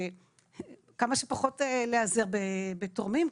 כמה שפחות להיעזר בתורמים,